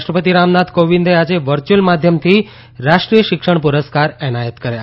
રાષ્ટ્રપતિ રામનાથ કોવિંદ આજે વર્ચ્યુઅલ માધ્યમથી રાષ્ટ્રીય શિક્ષણ પુરસ્કાર એનાયત કર્યા